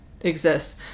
exists